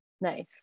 nice